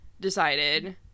decided